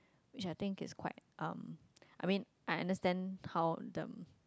which I think it's quite um I mean I understand how them